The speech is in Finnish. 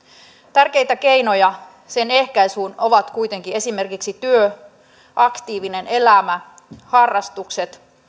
tärkeitä keinoja sen ehkäisyyn ovat kuitenkin esimerkiksi työ aktiivinen elämä harrastukset